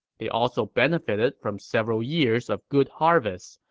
they also benefitted from several years of good harvests,